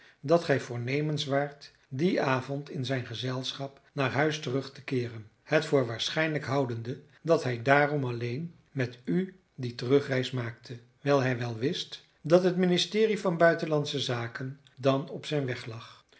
dat gij voornemens waart dien avond in zijn gezelschap naar huis terug te keeren het voor waarschijnlijk houdende dat hij daarom alleen met u die terugreis maakte wijl hij wel wist dat het ministerie van buitenlandsche zaken dan op zijn weg lag